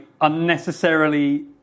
unnecessarily